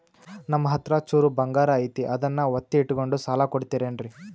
ನಮ್ಮಹತ್ರ ಚೂರು ಬಂಗಾರ ಐತಿ ಅದನ್ನ ಒತ್ತಿ ಇಟ್ಕೊಂಡು ಸಾಲ ಕೊಡ್ತಿರೇನ್ರಿ?